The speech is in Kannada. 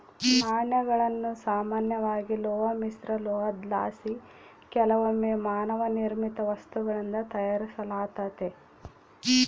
ನಾಣ್ಯಗಳನ್ನು ಸಾಮಾನ್ಯವಾಗಿ ಲೋಹ ಮಿಶ್ರಲೋಹುದ್ಲಾಸಿ ಕೆಲವೊಮ್ಮೆ ಮಾನವ ನಿರ್ಮಿತ ವಸ್ತುಗಳಿಂದ ತಯಾರಿಸಲಾತತೆ